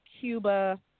Cuba